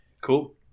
Cool